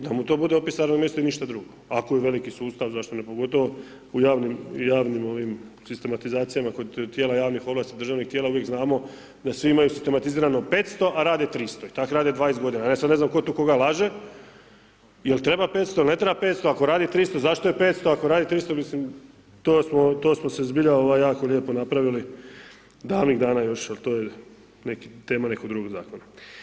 Da mu to bude opis radnog mjesta i ništa drugo, ako je veliki sustav zašto ne, pogotovo u javnim ovim sistematizacijama kod tijela javnih ovlasti, državnih tijela uvijek znamo da svi imaju sistematizirano 500 a rade 300 i tak rade 20 godina, e sad ne znam tko tu koga laže jel treba 500 il ne treba 500, ako radi 300 zašto je 500, ako radi 300 mislim to smo se zbilja jako lijepo napravili davnih dana još al to je tema nekog drugog zakona.